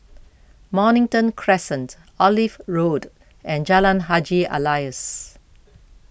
Mornington Crescent Olive Road and Jalan Haji Alias